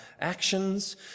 actions